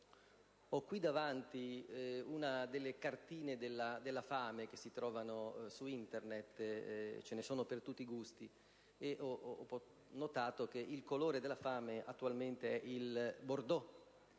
Ho qui davanti a me una delle mappe della fame che si trovano su Internet - ce ne sono per tutti i gusti - da cui ho notato che il colore della fame attualmente è il *bordeaux*.